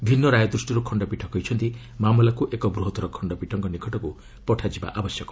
ଭିନ୍ନ ରାୟ ଦୃଷ୍ଟିରୁ ଖଣ୍ଡପୀଠ କହିଛନ୍ତି ମାମଲାକୁ ଏକ ବୃହତ୍ତର ଖଣ୍ଡପୀଠ ନିକଟକୁ ପଠାଯିବା ଆବଶ୍ୟକ